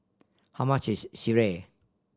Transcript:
how much is sireh